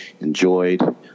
enjoyed